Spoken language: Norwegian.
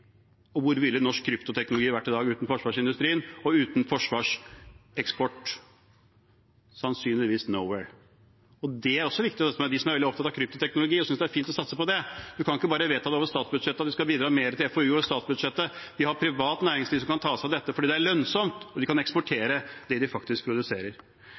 Hvor ville norsk kryptoteknologi vært i dag uten forsvarsindustrien og uten forsvarseksporten? Sannsynligvis «nowhere». Det er også viktig. De som er veldig opptatt av kryptoteknologi og synes det er fint å satse på det, må huske at vi ikke bare kan vedta over statsbudsjettet at vi skal bidra mer til FoU. Vi har privat næringsliv som kan ta seg av dette fordi det er lønnsomt og de kan eksportere det de faktisk produserer.